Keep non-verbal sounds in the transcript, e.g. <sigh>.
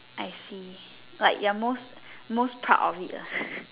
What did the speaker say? I see like you're most most proud of it lah <laughs>